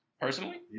Personally